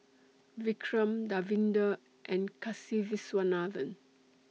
Vikram Davinder and Kasiviswanathan